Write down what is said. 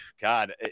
God